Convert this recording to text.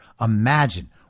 Imagine